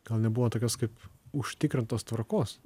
gal nebuvo tokios kaip užtikrintos tvarkos